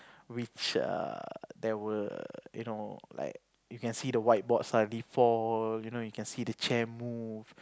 which are there were you know you can see the whiteboard suddenly fall you know you can see the chair move